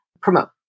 promote